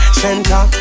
center